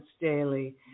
daily